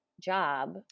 job